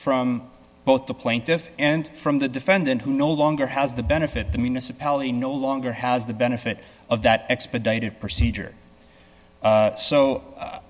from both the plaintiff and from the defendant who no longer has the benefit the municipality no longer has the benefit of that expedited procedure